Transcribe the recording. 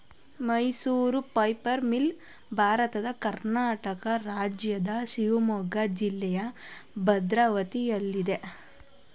Mysuru paper mill ಭಾರತದ ಕರ್ನಾಟಕ ರಾಜ್ಯದ ಶಿವಮೊಗ್ಗ ಜಿಲ್ಲೆಯ ಭದ್ರಾವತಿಯಲ್ಲಯ್ತೆ